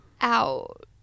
out